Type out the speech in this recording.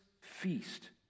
feast